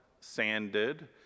sanded